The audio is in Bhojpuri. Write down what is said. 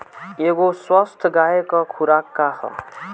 एगो स्वस्थ गाय क खुराक का ह?